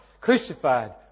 crucified